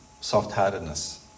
soft-heartedness